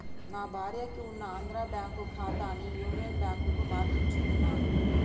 నా భార్యకి ఉన్న ఆంధ్రా బ్యేంకు ఖాతాని యునియన్ బ్యాంకుకు మార్పించుకున్నాను